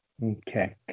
Okay